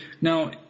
now